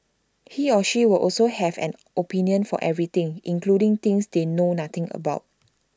he or she will also have an opinion for everything including things they know nothing about